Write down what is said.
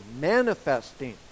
manifesting